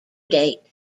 date